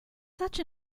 such